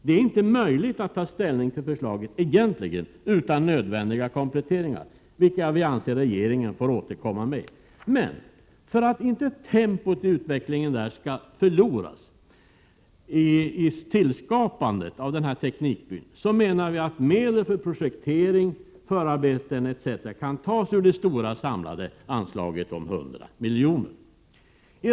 Det är inte möjligt att ta ställning utan nödvändiga kompletteringar, vilka vi anser att regeringen får återkomma med. Men för att inte tempot skall förloras i utvecklandet av teknikbyn anser vi att medel för projektering, förarbeten etc. kan tas ur det stora samlade anslaget om 100 milj.kr.